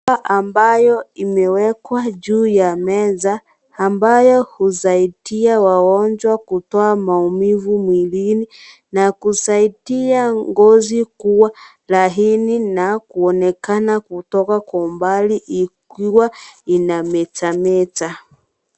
Dawa ambayo imewekwa juu ya meza ambayo husaidia wagonjwa kutoa maumivu mwilini na kusaidia ngozi kuwa laini na kuonekana kutoka kwa umbali ikiwa inametameta.